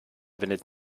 wendet